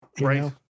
right